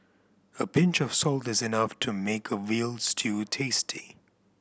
a pinch of salt is enough to make a veal stew tasty